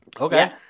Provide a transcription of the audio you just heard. Okay